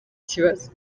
kibazo